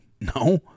no